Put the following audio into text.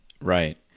Right